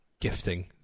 gifting